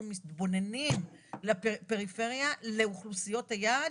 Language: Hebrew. מתבוננים לפריפריה לאוכלוסיות היעד.